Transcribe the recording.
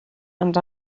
and